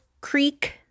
creek